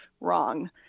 wrong